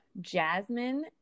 jasmine